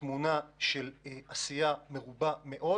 תמונה של עשייה מרובה מאוד